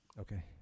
Okay